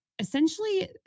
Essentially